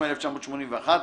התשמ"א 1981,